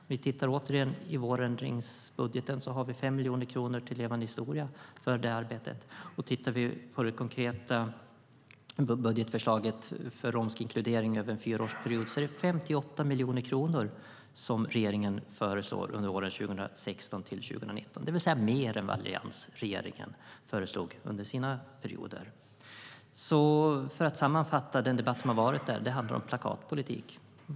Om vi åter tittar i vårändringsbudgeten ser vi 5 miljoner kronor för detta arbete till Forum för levande historia. I det konkreta budgetförslaget föreslår regeringen 58 miljoner kronor för romsk inkludering under en fyraårsperiod, 2016-2019. Det är mer än vad alliansregeringen föreslog under sina perioder. För att sammanfatta debatten handlar det om plakatpolitik.